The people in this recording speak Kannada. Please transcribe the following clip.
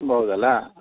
ಹೌದಲ್ಲ